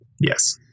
Yes